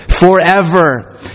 forever